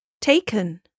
Taken